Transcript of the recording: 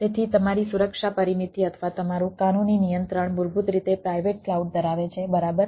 તેથી તમારી સુરક્ષા પરિમિતિ અથવા તમારું કાનૂની નિયંત્રણ મૂળભૂત રીતે પ્રાઇવેટ ક્લાઉડ ધરાવે છે બરાબર